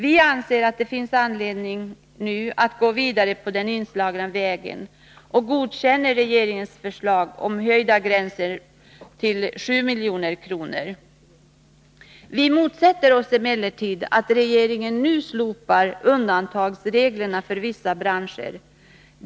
Vi anser att det finns anledning att nu gå vidare på den inslagna vägen och godkänna regeringens förslag om att höja gränsen för regionalpolitiska insatser till 7 milj.kr. Vi motsätter oss emellertid att regeringen nu slopar de gällande reglerna om undantag avseende vissa branscher.